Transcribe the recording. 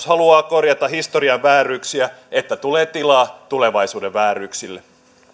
haluaa korjata historian vääryyksiä että tulee tilaa tulevaisuuden vääryyksille